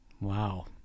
Wow